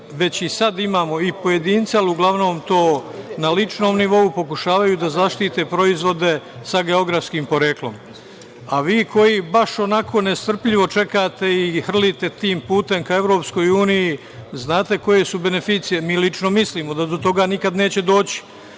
već i sad imamo i pojedince, ali uglavnom to na ličnom nivou pokušavaju da zaštite proizvode sa geografskim poreklom. Vi koji baš onako nestrpljivo čekate i hrlite tim putem ka EU znate koje su beneficije. Mi lično mislimo da do toga nikada neće doći,